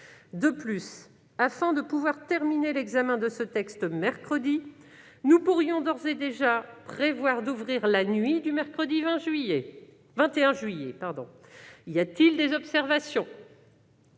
De plus, afin de pouvoir terminer l'examen de ce texte mercredi, nous pourrions d'ores et déjà prévoir d'ouvrir la nuit du mercredi 21 juillet. Y a-t-il des observations ?